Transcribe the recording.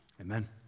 Amen